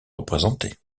représentés